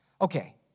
Okay